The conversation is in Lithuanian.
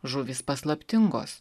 žuvys paslaptingos